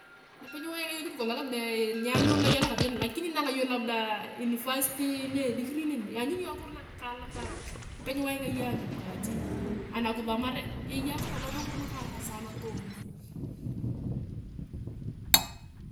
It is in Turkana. Nape niwainga yong tani kolong labda nyeanyuna alokatikat lakini ninang iyong labda university ni edigrii neni iyanyuni iyong ngakino nakaalak nape niwainga iyong anyun kaache anakusomare eyei akisomare ngakiro nakaalak saana tooma.